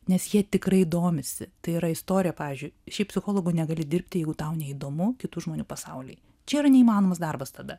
nes jie tikrai domisi tai yra istorija pavyzdžiui šiaip psichologu negali dirbti jeigu tau neįdomu kitų žmonių pasauliai čia yra neįmanomas darbas tada